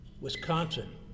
Wisconsin